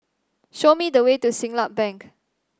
show me the way to Siglap Bank